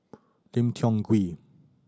Lim Tiong Ghee